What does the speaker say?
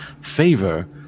Favor